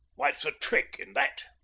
what's the trick in that?